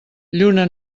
lluna